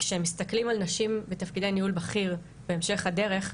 כשמסתכלים על נשים בתפקידי ניהול בכיר בהמשך הדרך,